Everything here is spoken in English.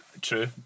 true